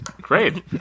Great